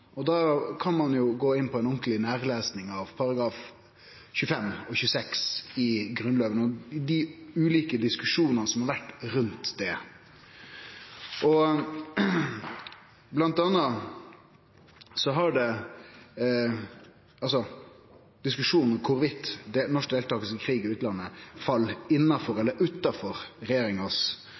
og 26 i Grunnlova og dei ulike diskusjonane som har vore rundt det, bl.a. diskusjonen om norsk deltaking i krig i utlandet fell innanfor eller utanfor den grunnlovsbestemde eineretten til regjeringa,